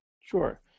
Sure